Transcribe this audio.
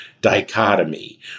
dichotomy